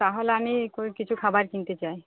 তাহলে আমি কই কিছু খাবার কিনতে চাই